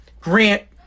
Grant